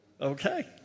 Okay